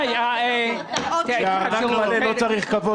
תשמעי --- זה לא נראה כך.